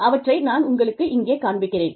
அவற்றை நான் உங்களுக்குக் இங்கே காண்பிக்கிறேன்